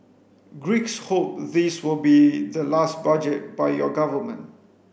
Greeks hope this will be the last budget by your government